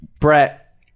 Brett